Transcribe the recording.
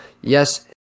yes